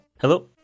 Hello